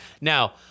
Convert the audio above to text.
Now